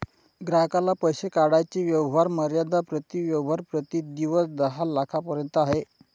ग्राहकाला पैसे काढण्याची व्यवहार मर्यादा प्रति व्यवहार प्रति दिवस दहा लाखांपर्यंत आहे